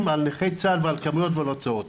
על נכי צה"ל ועל כמויות ועל הוצאות.